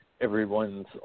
everyone's